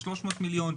ב-300 מיליון,